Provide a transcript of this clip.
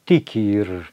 tiki ir